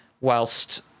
whilst